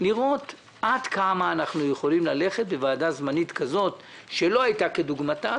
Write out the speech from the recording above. לראות עד כמה אנחנו יכולים ללכת בוועדה זמנית כזאת שלא הייתה כדוגמתה,